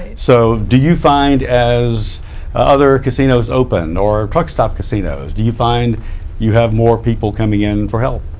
so do you find as other casinos open or truck stop casinos, do you find you have more people coming in for help?